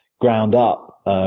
ground-up